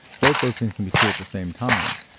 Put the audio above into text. both those things can be true at the same time.